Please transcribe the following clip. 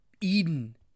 Eden